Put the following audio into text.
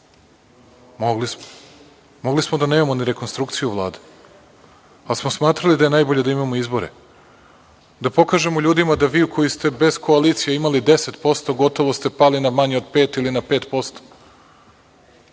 Mogli smo. Mogli smo da nemamo ni rekonstrukciju Vlade, ali smo smatrali da je najbolje da imamo izbore, da pokažemo ljudima da vi koji ste bez koalicije imali 10% gotovo ste pali na manje od pet ili na pet